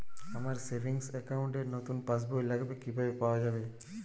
আমার savings account র নতুন পাসবই লাগবে, কিভাবে পাওয়া যাবে?